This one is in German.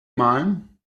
malen